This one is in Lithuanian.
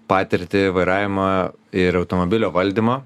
patirtį vairavimo ir automobilio valdymo